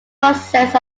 process